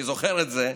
אני זוכר את זה,